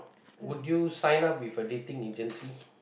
would you sign up with a dating agency